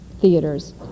theaters